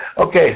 Okay